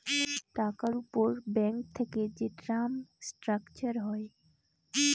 টাকার উপর ব্যাঙ্ক থেকে যে টার্ম স্ট্রাকচার হয়